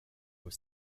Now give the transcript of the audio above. was